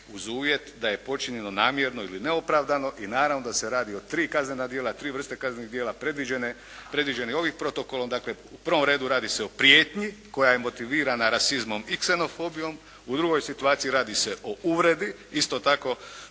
uz uvjet da je počinjeno namjerno ili neopravdano i naravno da se radi o tri kaznena djela, tri vrste kaznenih djela predviđenih ovim protokolom. Dakle, u prvom redu radi se o prijetnji koja je motivirana rasizmom i ksenofobijom. U drugoj situaciji radi se o uvredi isto tako